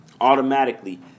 automatically